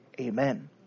Amen